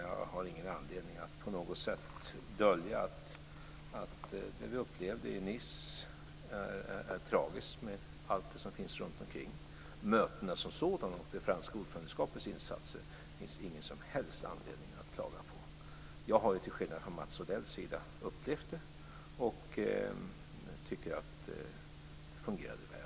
Jag har ingen anledning att på något sätt dölja att det vi upplevde i Nice var tragiskt med allt som fanns runtomkring. Mötena som sådana och det franska ordförandelandets insatser finns ingen som helst anledning att klaga på. Jag har till skillnad från Mats Odell upplevt det och tycker att det fungerade väl.